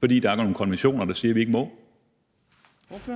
Ordføreren. Kl. 13:04 Jeppe Bruus (S):